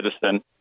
citizen